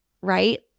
right